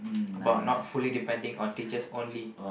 about not fully depending on teachers only